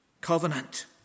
covenant